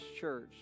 church